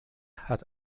hat